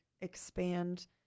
expand